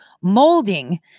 molding